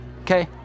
okay